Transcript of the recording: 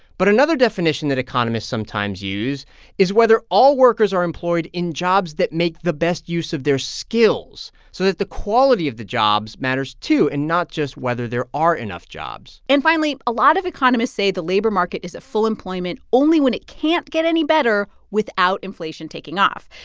but another definition that economists sometimes use is whether all workers are employed in jobs that make the best use of their skills so that the quality of the jobs matters too and not just whether there are enough jobs and finally, a lot of economists say the labor market is at full employment only when it can't get any better without inflation taking off.